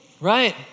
Right